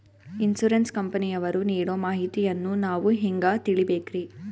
Insurance ಕಂಪನಿಯವರು ನೀಡೋ ಮಾಹಿತಿಯನ್ನು ನಾವು ಹೆಂಗಾ ತಿಳಿಬೇಕ್ರಿ?